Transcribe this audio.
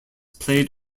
played